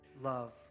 love